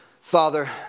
Father